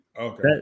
okay